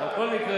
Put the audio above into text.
על כל מקרה,